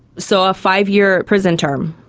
so a five-year prison term.